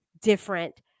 different